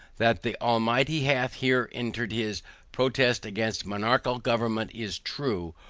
that the almighty hath here entered his protest against monarchical government is true,